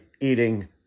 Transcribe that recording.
eating